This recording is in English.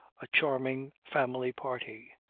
a charming family party.